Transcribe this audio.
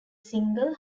single